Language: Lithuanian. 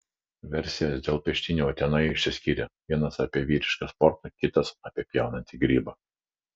versijos dėl peštynių utenoje išsiskyrė vienas apie vyrišką sportą kitas apie pjaunantį grybą